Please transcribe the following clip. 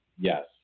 Yes